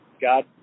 God